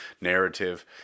narrative